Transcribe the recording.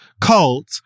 cult